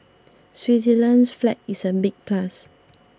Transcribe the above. Switzerland's flag is a big plus